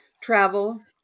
travel